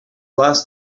last